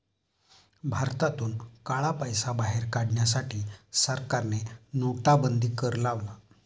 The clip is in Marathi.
भारतातून काळा पैसा बाहेर काढण्यासाठी सरकारने नोटाबंदी कर लावला